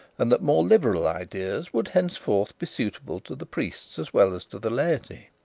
and that more liberal ideas would henceforward be suitable to the priests as well as to the laity.